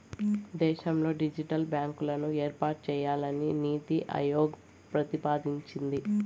దేశంలో డిజిటల్ బ్యాంకులను ఏర్పాటు చేయాలని నీతి ఆయోగ్ ప్రతిపాదించింది